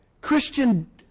Christian